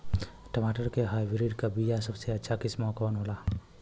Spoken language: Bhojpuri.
टमाटर के हाइब्रिड क बीया सबसे अच्छा किस्म कवन होला?